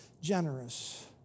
generous